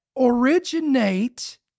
originate